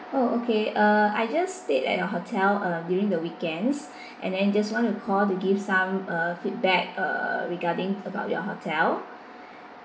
oh okay uh I just stayed at the hotel uh during the weekends and then just want to call to give some uh feedback uh regarding about your hotel